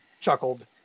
chuckled